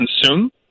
consume